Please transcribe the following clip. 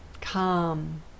calm